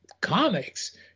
comics